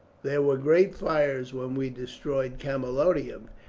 there were great fires when we destroyed camalodunum,